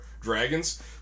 dragons